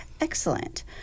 Excellent